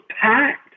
packed